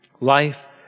life